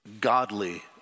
godly